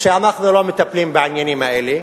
שאנחנו לא מטפלים בעניינים האלה,